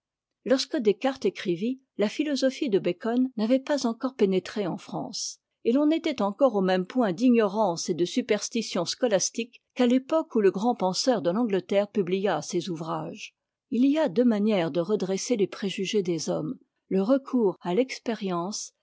lorsque descartes écrivit la philosophie de bacon n'avait pas encore pénétré en france et l'on était encore au même point d'ignorance et de superstition scolastique qu'à l'époque où le grand penseur de l'angleterre publia ses ouvrages it y a deux manières de redresser les préjugés des hommes le recours à l'expérience